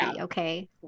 okay